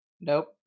Nope